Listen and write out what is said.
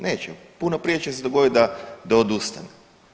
Neće, puno prije će se dogoditi da odustane.